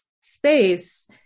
space